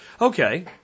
Okay